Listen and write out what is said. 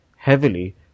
Heavily